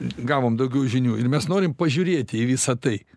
gavom daugiau žinių ir mes norim pažiūrėt į visa tai